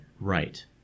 Right